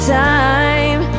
time